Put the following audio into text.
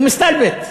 הוא מסתלבט.